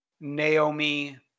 Naomi